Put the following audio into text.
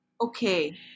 okay